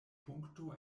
punkto